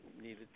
needed